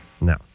No